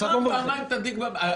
אז פעמיים תדליק נרות במשרד.